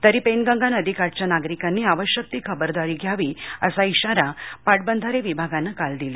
तरी पेनगंगा नदीकाठच्या नागरिकांनी आवश्यक ती खबरदारी घ्यावी असा इशारा पाटबंधारे विभागानं काल दिला